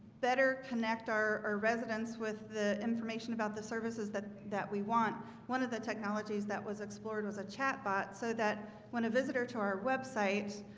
better connect our our residents with the information about the services that that we want one of the technologies that was explored was a chat bot so that when a visitor to our website